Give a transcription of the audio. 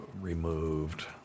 removed